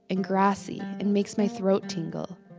and grassy, and makes my throat tingle.